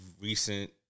recent